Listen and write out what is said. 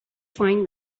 find